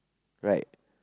right